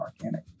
organic